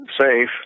safe